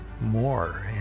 more